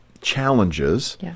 challenges